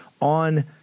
on